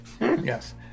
Yes